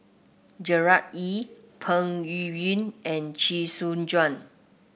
Gerard Ee Peng Yuyun and Chee Soon Juan